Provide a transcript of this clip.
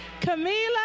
Camila